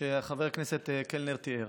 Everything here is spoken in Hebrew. שחבר הכנסת קלנר תיאר.